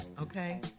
Okay